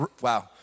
Wow